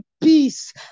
peace